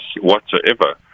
whatsoever